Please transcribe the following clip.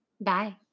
Bye